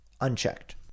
unchecked